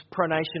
pronation